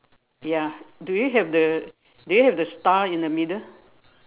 ya do you have the do you have the star in the middle